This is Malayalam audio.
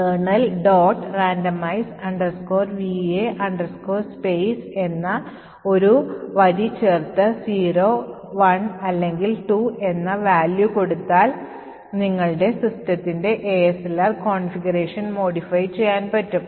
randomize va space എന്ന് എന്ന ഒരു വരി ചേർത്ത് 0 1 അല്ലെങ്കിൽ 2 എന്ന value കൊടുത്താൽ നിങ്ങളുടെ സിസ്റ്റത്തിൻറെ ASLR configuration modify ചെയ്യാൻ പറ്റും